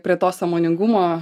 prie to sąmoningumo